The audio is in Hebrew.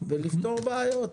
ולפתור בעיות.